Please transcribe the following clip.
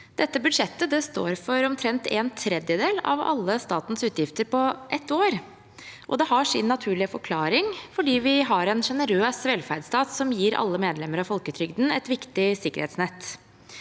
Dette budsjettet står for omtrent en tredjedel av alle statens utgifter på ett år, og det har sin naturlige forklaring: Vi har en sjenerøs velferdsstat som gjør at alle medlemmer av folketrygden har et viktig sikkerhetsnett.